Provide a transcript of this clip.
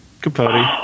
capote